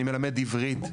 אני מלמד עברית",